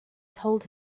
told